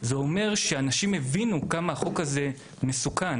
שאומר שאנשים הבינו כמה החוק הזה מסוכן,